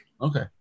okay